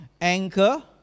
anchor